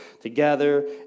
together